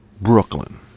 Brooklyn